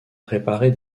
préparer